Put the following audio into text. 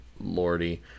Lordy